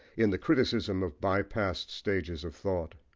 in the criticism of by-past stages of thought.